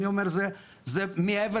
אני אומר שזה מעבר